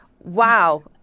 Wow